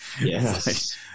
yes